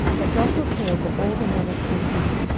that joshua called for all the men of israel,